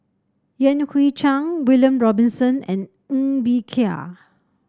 Yan Hui Chang William Robinson and Ng Bee Kia